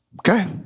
Okay